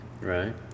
Right